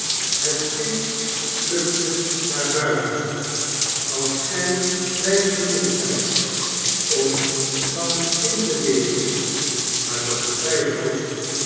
het kind vluchtte naar buiten als gg wijs genoeg zjjt om van een kind te leeren maar dat betwijfel ik